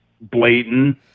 blatant